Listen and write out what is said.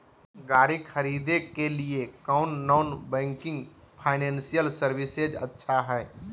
गाड़ी खरीदे के लिए कौन नॉन बैंकिंग फाइनेंशियल सर्विसेज अच्छा है?